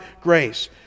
grace